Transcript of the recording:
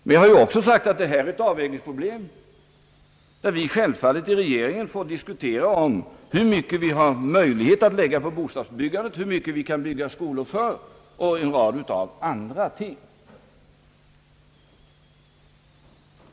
Men jag har också sagt att det är ett avvägningsproblem, dår vi självfallet i regeringen får diskutera hur mycket vi har möjlighet att lägga på bostadsbyggandet, hur mycket vi kan bygga skolor för och en rad andra ting.